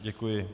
Děkuji.